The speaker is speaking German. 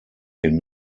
den